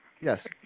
Yes